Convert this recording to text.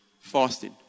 fasting